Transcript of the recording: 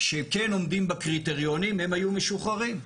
שכן עומדים בקריטריונים, הם היו משוחררים.